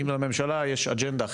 אם לממשלה יש אג'נדה אחרת,